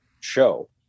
show